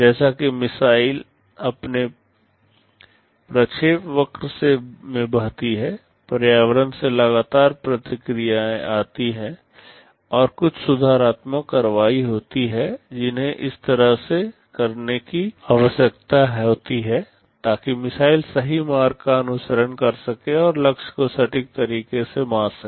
जैसा कि मिसाइल अपने प्रक्षेपवक्र में बहती है पर्यावरण से लगातार प्रतिक्रिया आती है और कुछ सुधारात्मक कार्रवाइयाँ होती हैं जिन्हें इस तरह से करने की आवश्यकता होती है ताकि मिसाइल सही मार्ग का अनुसरण कर सके और लक्ष्य को सटीक तरीके से मार सके